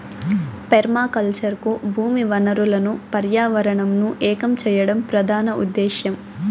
permaculture కు భూమి వనరులను పర్యావరణంను ఏకం చేయడం ప్రధాన ఉదేశ్యం